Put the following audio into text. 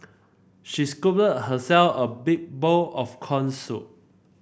she scooped herself a big bowl of corn soup